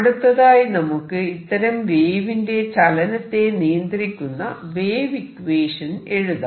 അടുത്തതായി നമുക്ക് ഇത്തരം വേവിന്റെ ചലനത്തെ നിയന്ത്രിക്കുന്ന വേവ് ഇക്വേഷൻ എഴുതാം